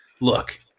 look